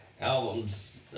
albums